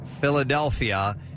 Philadelphia